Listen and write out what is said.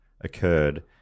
occurred